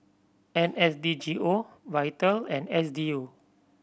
N S D G O Vital and S D U